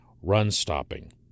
run-stopping